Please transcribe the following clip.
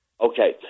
Okay